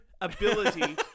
ability